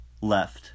Left